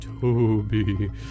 Toby